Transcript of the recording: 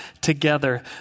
together